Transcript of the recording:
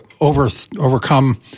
overcome